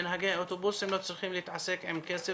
שנהגי האוטובוסים לא צריכים להתעסק עם כסף,